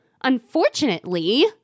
Unfortunately